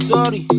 Sorry